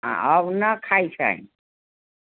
आ अब ना खाइत छै